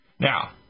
Now